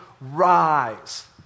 rise